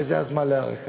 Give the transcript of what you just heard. וזה הזמן להיערך אליו.